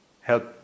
help